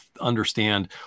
understand